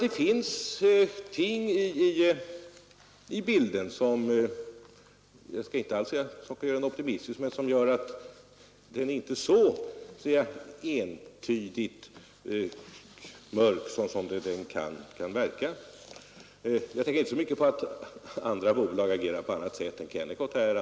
Det finns inslag i bilden som visserligen inte gör den särskilt ljus men visar att den inte är så entydigt mörk som den kan verka. Jag tänker inte så mycket på att andra bolag agerat på annat sätt än Kennecott har gjort.